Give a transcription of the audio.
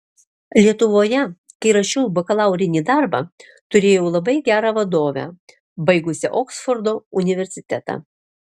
lietuvoje kai rašiau bakalaurinį darbą turėjau labai gerą vadovę baigusią oksfordo universitetą